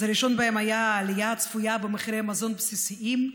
הראשון שבהם היה העלייה הצפויה במחירי מזון בסיסיים,